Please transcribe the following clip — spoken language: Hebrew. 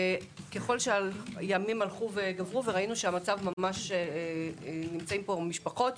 ככל שהימים הלכו וגברו והמצב נמצאים פה משפחת,